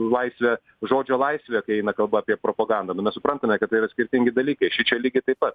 laisve žodžio laisve kai eina kalba apie propagandą nu mes suprantame kad tai yra skirtingi dalykai šičia lygiai taip pat